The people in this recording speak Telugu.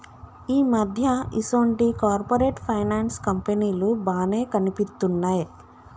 ఈ మధ్య ఈసొంటి కార్పొరేట్ ఫైనాన్స్ కంపెనీలు బానే కనిపిత్తున్నయ్